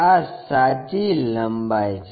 આ સાચી લંબાઈ છે